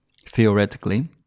theoretically